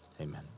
Amen